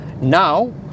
Now